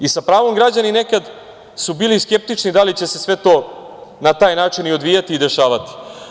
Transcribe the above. I, sa pravom građani nekad su bili skeptični da li će se sve to na taj način i odvijati i dešavati.